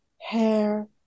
hair